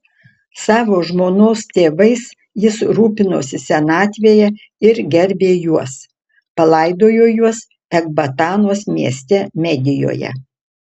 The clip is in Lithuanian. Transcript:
savo žmonos tėvais jis rūpinosi senatvėje ir gerbė juos palaidojo juos ekbatanos mieste medijoje